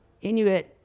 inuit